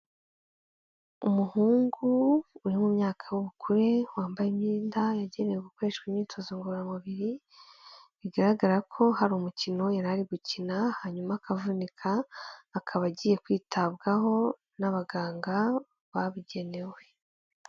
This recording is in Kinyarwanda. Umuhungu uri mu myaka ubukure wambaye imyenda yagenewe gukoreshwa imyitozo ngororamubiri, bigaragara ko hari umukino yari ari gukina hanyuma akavunika akaba agiye kwitabwaho n'abaganga babugenewe.